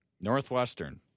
Northwestern